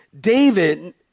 David